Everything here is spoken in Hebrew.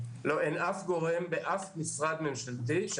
אין אף גורם מתכלל באף משרד ממשלתי.